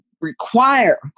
require